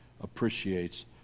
appreciates